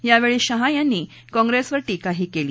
यावेळी शहा यांनी काँग्रेसवर टीकाही केली